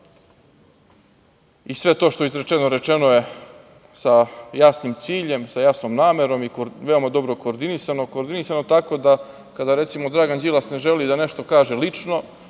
i sve to što je izrečeno, rečeno je sa jasnim ciljem, jasnom namerom i veoma dobro koordinisano tako da kada recimo Dragan Đilas ne želi da kaže nešto lično,